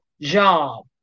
job